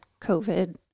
COVID